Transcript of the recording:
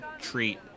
treat